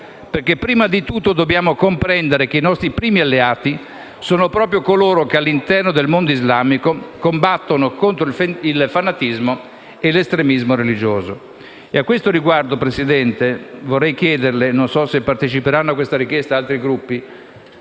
prima di tutto dobbiamo comprendere che i nostri primi alleati sono proprio coloro che all'interno del mondo islamico combattono contro il fanatismo e l'estremismo religioso. A questo riguardo, signor Presidente, vorrei chiederle - non so se altri Gruppi parteciperanno a questa richiesta - la